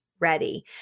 ready